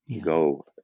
Go